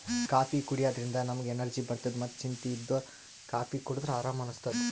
coffee ಕುಡ್ಯದ್ರಿನ್ದ ನಮ್ಗ್ energy ಬರ್ತದ್ ಮತ್ತ್ ಚಿಂತಿ ಇದ್ದೋರ್ ಕಾಫೀ ಕುಡದ್ರ್ ಆರಾಮ್ ಅನಸ್ತದ್